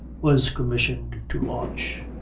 was commissioned to launch!